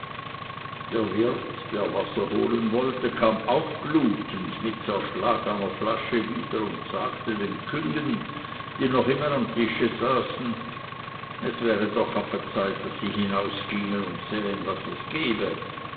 der wirt der wasser holen wollte kam auch blutend mit zerschlagener flasche und sagte den küngen die noch immer am tische saßen es wäre doch afe zeit daß sie hinausgingen und sähen was es gebe